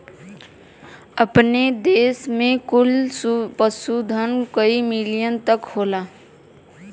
अपने देस में कुल पशुधन कई मिलियन तक होला